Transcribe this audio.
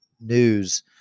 news